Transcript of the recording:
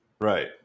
Right